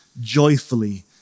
joyfully